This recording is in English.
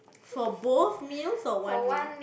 for both meals or one meal